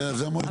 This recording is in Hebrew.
זה המועצה.